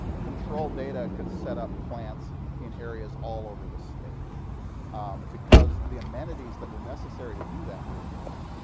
control data could set up plants in areas all over the state because the amenities that were necessary to do that were there.